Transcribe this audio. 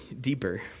deeper